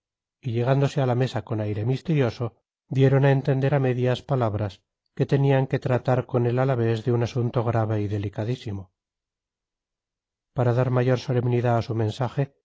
y llegándose a la mesa con aire misterioso dieron a entender a medias palabras que tenían que tratar con el alavés de un asunto grave y delicadísimo para dar mayor solemnidad a su mensaje